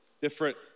different